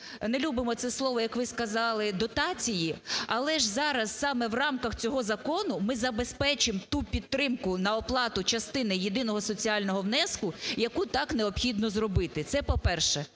не любимо це слово, як ви сказали, "дотації", але ж зараз саме в рамках цього закону ми забезпечимо ту підтримку на оплату частини єдиного соціального внеску, яку так необхідно зробити. Це по-перше.